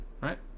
right